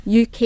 UK